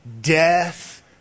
death